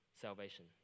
salvation